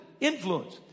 influence